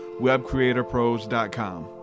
webcreatorpros.com